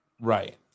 right